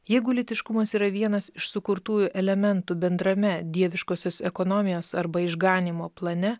jeigu lytiškumas yra vienas iš sukurtųjų elementų bendrame dieviškosios ekonomijos arba išganymo plane